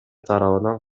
тарабынан